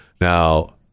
now